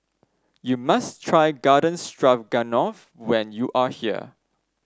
you must try Garden Stroganoff when you are here